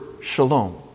shalom